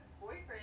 boyfriend